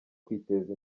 kwiteza